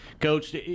coach